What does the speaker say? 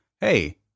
Hey